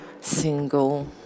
single